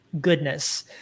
goodness